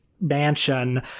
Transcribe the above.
mansion